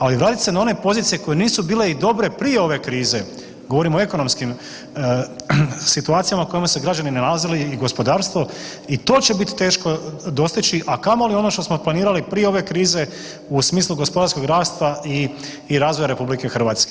Ali vratiti se na one pozicije koje nisu bile i dobre prije ove krize, govorim o ekonomskim situacijama u kojima su se građani nalazili i gospodarstvo i to će bit teško dostići, a kamoli ono što smo planirali prije ove krize u smislu gospodarskog rasta i razvoja RH.